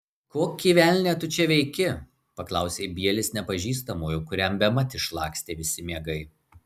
kokį velnią tu čia veiki paklausė bielis nepažįstamojo kuriam bemat išlakstė visi miegai